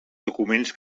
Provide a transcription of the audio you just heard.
documents